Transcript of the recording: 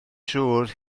siŵr